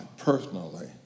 Personally